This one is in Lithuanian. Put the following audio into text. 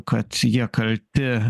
kad jie kalti